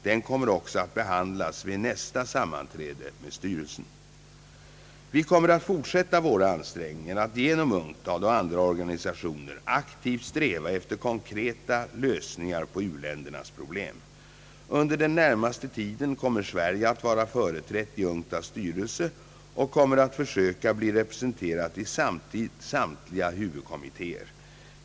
Den kommer också att behandlas vid nästa sammanträde med styrelsen. Vi kommer att fortsätta våra ansträngningar att genom UNCTAD och andra organisationer aktivt sträva efter konkreta lösningar på u-ländernas problem. Under den närmaste tiden kommer Sverige att vara företrätt i UNCTAD:s styrelse och kommer att försöka bli representerat i samtliga huvudkommittéer.